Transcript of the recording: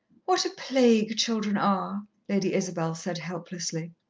what a plague children are! lady isabel said helplessly.